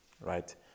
right